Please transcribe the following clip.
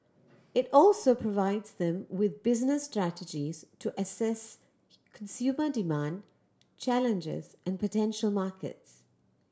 it also provides them with business strategies to assess consumer demand challenges and potential markets